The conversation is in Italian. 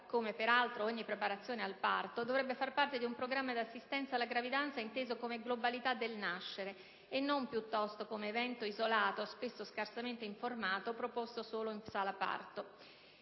come peraltro ogni preparazione al parto, dovrebbe far parte di un programma di assistenza alla gravidanza, inteso come globalità del nascere, e non piuttosto come evento isolato, spesso oggetto di scarsa informazione, proposta solo in sala parto.